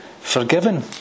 forgiven